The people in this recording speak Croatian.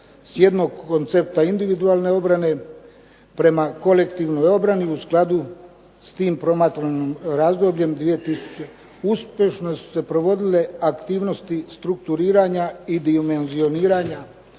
s jednog koncepta individualne obrane prema kolektivnoj obrani u skladu s tim promatranim razdobljem. Uspješno su se sprovodile aktivnosti strukturiranja i dimenzioniranja